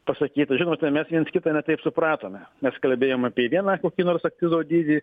pasakyta žinote mes viens kitą ne taip supratome mes kalbėjome apie vieną kokį nors akcizo dydį